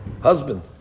husband